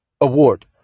award